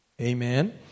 Amen